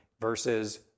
versus